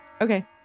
Okay